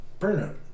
burnout